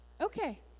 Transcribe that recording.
okay